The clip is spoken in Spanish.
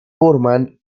forman